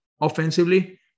offensively